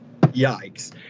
yikes